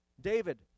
David